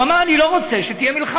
הוא אמר: אני לא רוצה מלחמה,